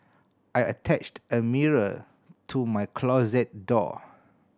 I attached a mirror to my closet door